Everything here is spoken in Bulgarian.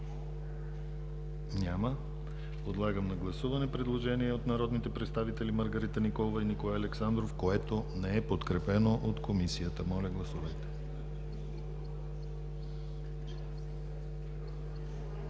Няма. Подлагам на гласуване предложение от народните представители Маргарита Николова и Николай Александров, което не е подкрепено от Комисията. Гласували